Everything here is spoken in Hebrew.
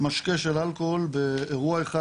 משקה של אלכוהול באירוע אחד,